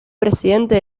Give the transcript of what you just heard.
presidente